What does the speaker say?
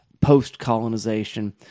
Post-colonization